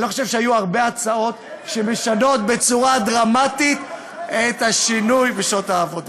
אני לא חושב שהיו הרבה הצעות שמשנות בצורה דרמטית את שעות העבודה.